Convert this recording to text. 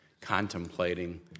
contemplating